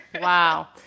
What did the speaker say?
wow